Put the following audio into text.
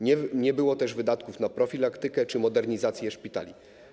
Nie było też wydatków na profilaktykę czy modernizację szpitali.